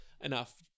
enough